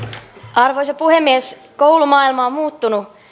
arvoisa puhemies koulumaailma on muuttunut